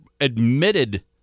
admitted